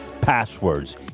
passwords